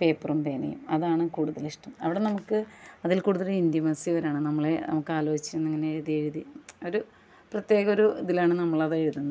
പേപ്പറും പേനയും അതാണ് കൂടുതൽ ഇഷ്ടം അവിടെ നമുക്ക് അതിൽ കൂടുതൽ ഇൻറ്റിമസി വരാണ് നമ്മൾ നമുക്ക് ആലോജിച്ച് ഇങ്ങനെ എഴുതി എഴുതി ഒരു പ്രത്യേക ഒരു ഇതിലാണ് നമ്മൾ അത് എഴുതുന്നത്